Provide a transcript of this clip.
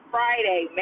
Friday